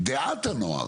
דעת הנוער.